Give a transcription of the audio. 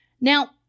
Now